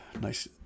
Nice